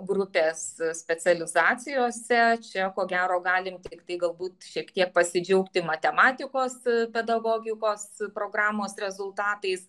grupės specializacijose čia ko gero galim tiktai galbūt šiek tiek pasidžiaugti matematikos pedagogikos programos rezultatais